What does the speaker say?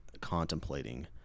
contemplating